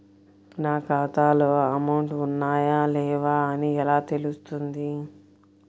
నా ఖాతాలో అమౌంట్ ఉన్నాయా లేవా అని ఎలా తెలుస్తుంది?